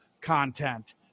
content